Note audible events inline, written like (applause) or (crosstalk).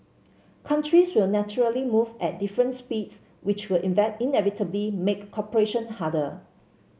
countries will naturally move at different speeds which will (unintelligible) inevitably make cooperation harder